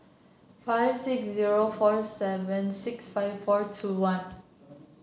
five six zero four seven six five four two one